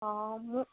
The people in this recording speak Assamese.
অ মোৰ